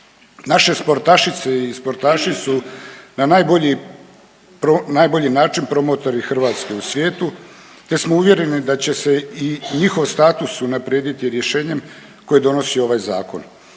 Naše sportašice i sportaši su na najbolji, najbolji način promotori Hrvatske u svijetu te smo uvjereni da će se i njihov status unaprijediti rješenjem koje donosi ovaj zakon.